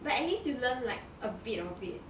but at least you learn like a bit of it